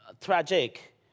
tragic